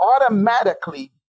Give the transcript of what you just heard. automatically